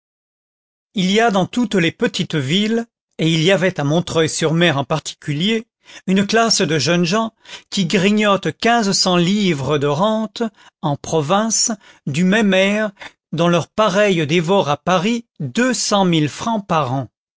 il y a dans toutes les petites villes et il y avait à montreuil sur mer en particulier une classe de jeunes gens qui grignotent quinze cents livres de rente en province du même air dont leurs pareils dévorent à paris deux cent mille francs par an